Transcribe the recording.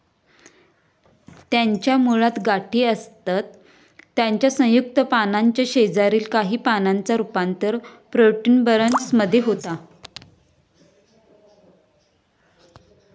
त्याच्या मुळात गाठी असतत त्याच्या संयुक्त पानाच्या शेजारील काही पानांचा रूपांतर प्रोट्युबरन्स मध्ये होता